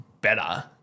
better